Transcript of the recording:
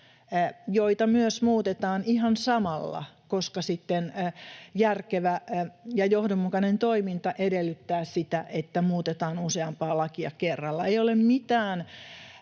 joita myös muutetaan samalla, koska järkevä ja johdonmukainen toiminta edellyttää sitä, että muutetaan useampaa lakia kerralla. Ei ole mitään